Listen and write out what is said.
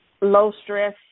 low-stress